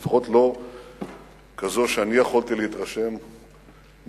לפחות לא כזו שאני יכולתי להתרשם ממנה,